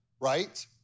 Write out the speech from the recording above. right